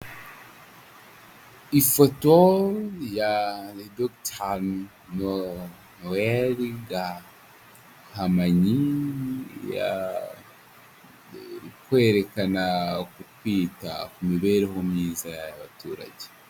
Ifoto ya dogiteri Noweri Gahamanyi, ya kwerekana uku kwita ku mibereho myiza y'abaturage.